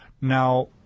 Now